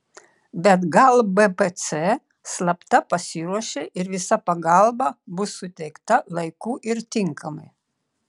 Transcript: bet gal bpc slapta pasiruošė ir visa pagalba bus suteikta laiku ir tinkamai